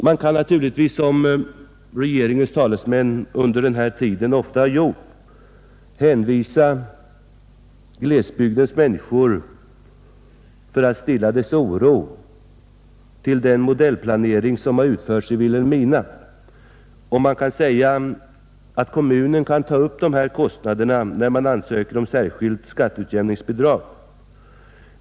Man kan naturligtvis, som regeringens talesmän under den här tiden ofta har gjort, för att stilla oron hos glesbygdens människor hänvisa dem till den modellplanering, som har utförts i Vilhelmina, och man kan säga att kommunen bör ta upp trafikkostnaderna när den ansöker om särskilt skatteutjämningsbidrag.